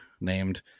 named